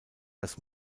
das